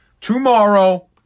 Tomorrow